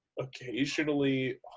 occasionally